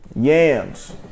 Yams